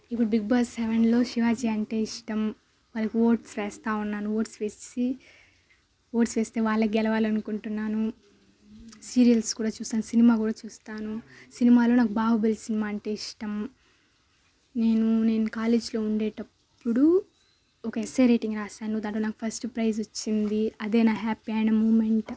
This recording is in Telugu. ఇప్పుడు బిగ్ బాస్ సెవెన్లో శివాజీ అంటే ఇష్టం వాళ్లకి ఓట్స్ వేస్తా ఉన్నాను ఓట్స్ వేసేసి ఓట్స్ వేస్తే వాళ్ళు గెలవాలి అనుకుంటున్నాను సీరియల్స్ కూడా చూస్తాను సినిమా కూడా చూస్తాను సినిమాల్లో నాకు బాహుబలి సినిమా అంటే ఇష్టం నేను నేను కాలేజీలో ఉండేటప్పుడు ఒక ఎస్ఏ రైటింగ్ రాసాను దాంట్లో నాకు ఫస్ట్ ప్రైజ్ వచ్చింది అదే నా హ్యాపీ అయిన మూమెంట్